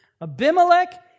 Abimelech